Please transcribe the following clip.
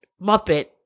Muppet